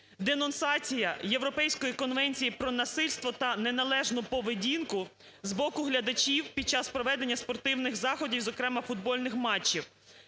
денонсація Європейської конвенції про насильство та неналежну поведінку з боку глядачів під час проведення спортивних заходів, зокрема футбольних матчів.